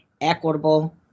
equitable